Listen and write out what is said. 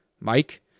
Mike